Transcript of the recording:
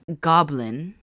goblin